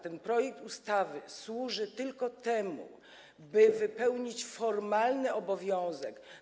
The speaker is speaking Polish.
Ten projekt ustawy służy tylko temu, by wypełnić formalny obowiązek.